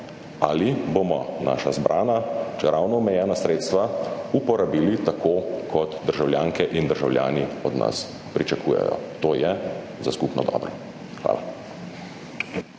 ali bomo naša zbrana, čeravno omejena sredstva, uporabili tako, kot državljanke in državljani od nas pričakujejo, to je za skupno dobro? Hvala.